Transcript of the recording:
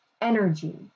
energy